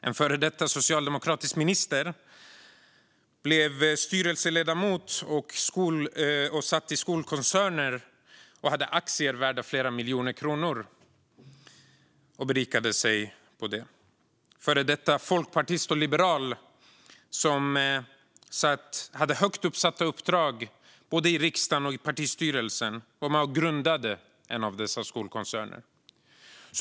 En före detta socialdemokratisk minister blev styrelseledamot i skolkoncerner, hade aktier värda flera miljoner kronor och berikade sig på det. En före detta folkpartist och liberal som hade högt uppsatta uppdrag i både riksdagen och partistyrelsen var med och grundade en av dessa skolkoncerner.